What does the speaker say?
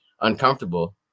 uncomfortable